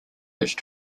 which